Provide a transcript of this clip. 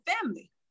family